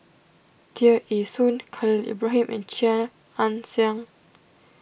Tear Ee Soon Khalil Ibrahim and Chia Ann Siang